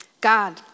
God